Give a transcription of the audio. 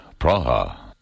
Praha